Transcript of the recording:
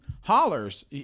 hollers